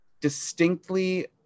distinctly